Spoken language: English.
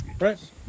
right